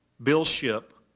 bill shipp,